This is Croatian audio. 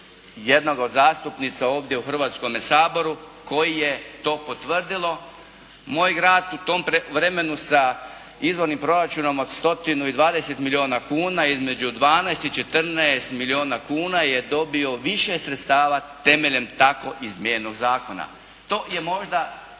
jednog od zastupnica ovdje u Hrvatskome saboru koji je to potvrdilo. Moj grad u tom vremenu sa izvornim proračunom od 120 milijuna kuna između 12 i 14 milijuna kuna je dobio više sredstava temeljem tako izmijenjenog zakona. To je možda